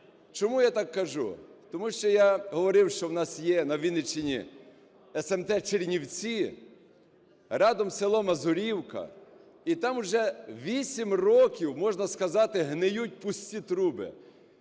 Чому я так кажу? Тому що я говорив, що в нас є на Вінниччині смт Чернівці, рядом село Мазурівка. І там уже 8 років, можна сказати, гниють пусті труби.